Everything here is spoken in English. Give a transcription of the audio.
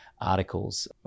articles